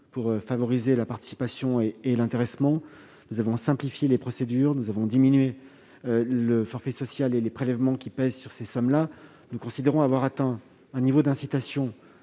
pour favoriser la participation et l'intéressement : nous avons simplifié les procédures et diminué le forfait social et les prélèvements qui pèsent sur ces sommes. Nous considérons avoir atteint un niveau d'incitation